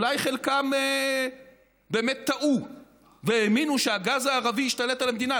אולי חלקם באמת טעו והאמינו שהגז הערבי ישתלט על המדינה,